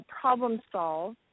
problem-solve